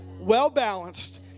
well-balanced